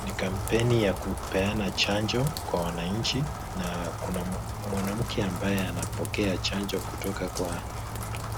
Ni kampeni ya kupeana chanjo kwa wananchi na kuna mwanamke ambaye anapokea chanjo kutoka kwa